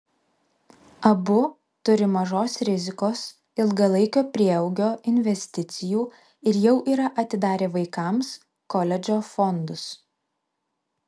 abu turi mažos rizikos ilgalaikio prieaugio investicijų ir jau yra atidarę vaikams koledžo fondus